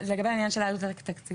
לגבי העניין של העלות התקציבית.